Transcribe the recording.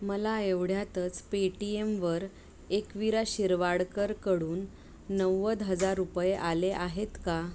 मला एवढ्यातच पेटीएमवर एकविरा शिरवाडकरकडून नव्वद हजार रुपये आले आहेत का